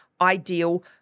ideal